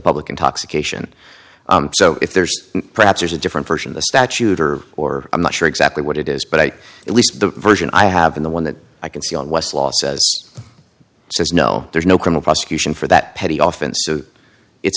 public intoxication so if there's perhaps there's a different version of the statute or or i'm not sure exactly what it is but i at least the version i have been the one that i can see on westlaw says says no there's no criminal prosecution for that petty often so it's